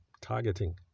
targeting